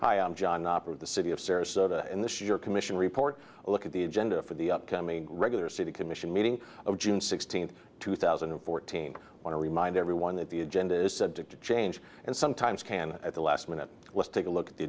hi i'm john operate the city of sarasota and this your commission report look at the agenda for the upcoming regular city commission meeting of june sixteenth two thousand and fourteen want to remind everyone that the agenda is subject to change and sometimes can at the last minute let's take a look at the